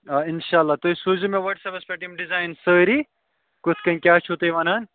آ اِنشاءاللہ تُہۍ سوٗزِو مےٚ واٹس اَیپَس پٮ۪ٹھ یِم ڈِزایِن سٲری کِتھٕ کٔنۍ کیٛاہ چھُو تُہۍ وَنان